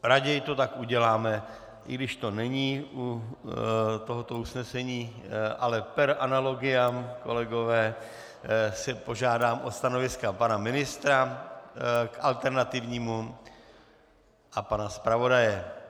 Raději to tak uděláme, i když to není u tohoto usnesení, ale per analogiam, kolegové, si požádám o stanoviska pana ministra k alternativnímu a pana zpravodaje.